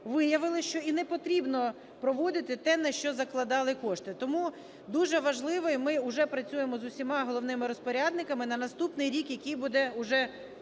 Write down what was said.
виявили, що і не потрібно проводити те, на що закладали кошти. Тому дуже важливо, і ми уже працюємо з усіма головними розпорядниками, на наступний рік, який буде уже